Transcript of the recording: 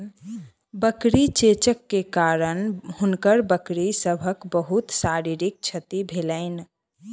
बकरी चेचक के कारण हुनकर बकरी सभक बहुत शारीरिक क्षति भेलैन